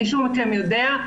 מישהו מכם יודע?